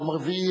יום רביעי,